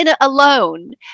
alone